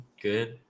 good